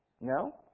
No